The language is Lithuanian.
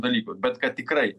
dalykus bet kad tikrai